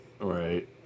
right